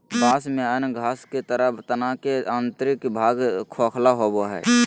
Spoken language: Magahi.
बाँस में अन्य घास के तरह तना के आंतरिक भाग खोखला होबो हइ